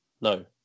no